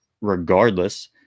regardless